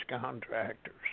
contractors